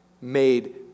made